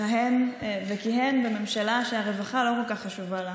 מכהן וכיהן בממשלה שהרווחה לא כל כך חשובה לה,